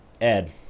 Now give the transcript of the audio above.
Ed